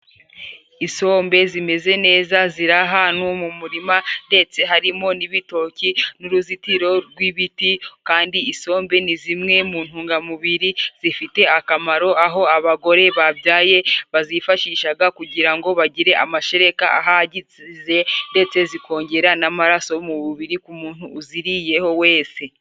Isombe zimeze neza, zirahantu mu murima, ndetse harimo n'ibitoki n'uruzitiro rw'ibiti. Kandi isombe ni zimwe mu ntungamubiri zifite akamaro, aho abagore babyaye bazifashishaga kugira ngo bagire amashereka ahagije, ndetse zikongera n'amaraso mu mubiri ku muntu uziriyeho wese.